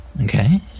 Okay